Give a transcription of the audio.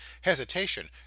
hesitation